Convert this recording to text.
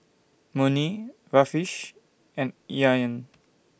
Murni Rafish and Aryan